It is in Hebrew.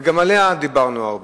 וגם עליה דיברנו הרבה.